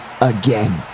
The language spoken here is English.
again